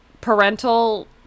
parental